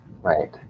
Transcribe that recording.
Right